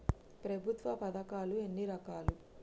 ప్రభుత్వ పథకాలు ఎన్ని రకాలు?